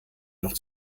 noch